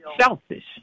Selfish